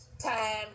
time